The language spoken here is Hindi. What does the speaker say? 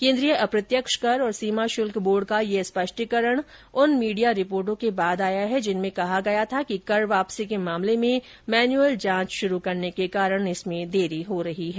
केंद्रीय अप्रत्यक्ष कर और सीमा शुल्क बोर्ड का यह स्पष्टीकरण उन मीडिया रिपोटोँ के बाद आया है जिनमें कहा गया था कि कर वापसी के मामले में मैनुअल जांच शुरू करने के कारण इसमें देरी हो रही है